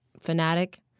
fanatic